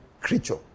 creature